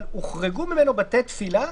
אבל הוחרגו ממנו בתי תפילה,